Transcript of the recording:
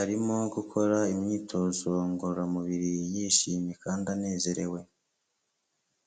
arimo gukora imyitozo ngororamubiri yishimye kandi anezerewe.